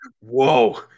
Whoa